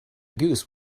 goose